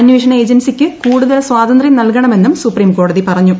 അന്വേഷണ ഏജൻസിക്ക് കൂടുതൽ സ്വാതന്ത്ര്യം നൽകണമെന്നും സുപ്രീംകോടതി പറഞ്ഞു